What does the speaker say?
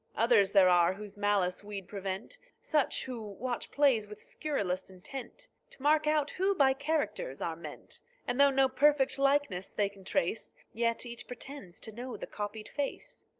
others there are whose malice we'd prevent such, who watch plays, with scurrilous intent to mark out who by characters are meant and though no perfect likeness they can trace, yet each pretends to know the copied face.